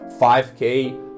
5K